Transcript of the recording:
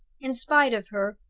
in spite of her,